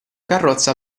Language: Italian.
carrozza